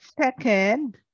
second